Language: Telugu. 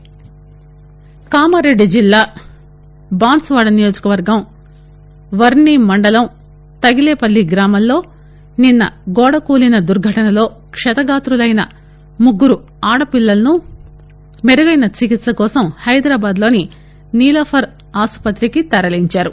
ప్రమాదం స్పీకర్ కామారెడ్డి జిల్లా బాన్సువాడ నియోజకవర్గం వర్పి మండలం తగిలేపల్లి గ్రామంలో నిన్న గోడకూలిన దుర్ఘటనలో క్షతగాత్రులైన ముగ్గురు ఆడ పిల్లలను మెరుగైన చికిత్ప కోసం హైదరాబాద్ లోని నీలోఫర్ హాస్పిటల్ కు తరలిందారు